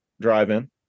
drive-in